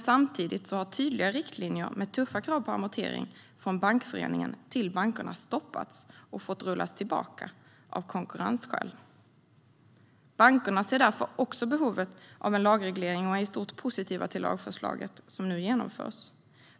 Samtidigt har tydliga riktlinjer med tuffa krav på amortering från Bankföreningen till bankerna stoppats och fått rullas tillbaka av konkurrensskäl. Bankerna ser därför också behovet av en lagreglering och är i stort positiva till det lagförslag som nu genomförs.